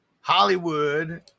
Hollywood